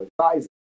sizes